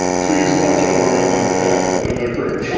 please watch over ah the cast. the the crew.